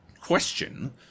question